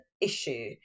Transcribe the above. issue